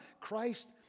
Christ